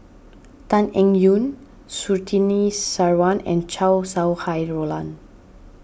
Tan Eng Yoon Surtini Sarwan and Chow Sau Hai Roland